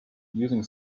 using